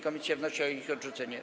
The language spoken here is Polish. Komisja wnosi o ich odrzucenie.